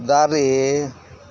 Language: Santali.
ᱫᱟᱨᱮ